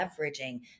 leveraging